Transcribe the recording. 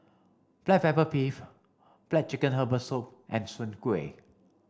black pepper beef black chicken herbal soup and soon Kuih